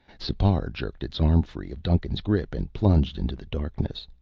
sipar jerked its arm free of duncan's grip and plunged into the darkness.